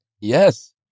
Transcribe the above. yes